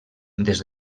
des